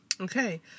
Okay